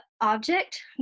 object